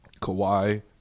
Kawhi